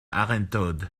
arinthod